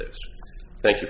this thank you